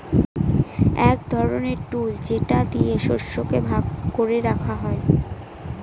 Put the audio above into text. এক ধরনের টুল যেটা দিয়ে শস্যকে ভাগ করে রাখা হয়